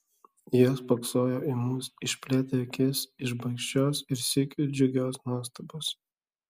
jie spoksojo į mus išplėtę akis iš baikščios ir sykiu džiugios nuostabos